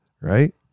Right